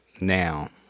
now